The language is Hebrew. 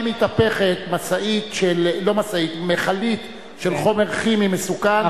אם מתהפכת מכלית של חומר כימי מסוכן,